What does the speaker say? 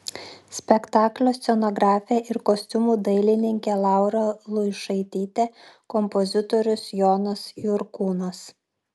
spektaklio scenografė ir kostiumų dailininkė laura luišaitytė kompozitorius jonas jurkūnas